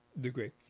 degree